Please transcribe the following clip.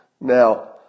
Now